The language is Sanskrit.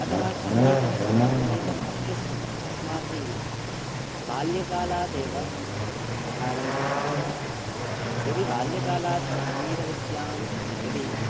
अतः सङ्गीतं तं सङ्गीतम् अभ्यस्तुं अस्माभिः बाल्यकालादेव आरम्भः करणीय यदि बाल्यकालात् सङ्गीतविद्यां यदि